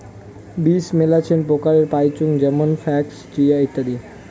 বীজ মেলাছেন প্রকারের পাইচুঙ যেমন ফ্লাক্স, চিয়া, ইত্যাদি